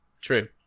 True